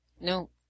No